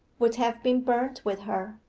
would have been burnt with her.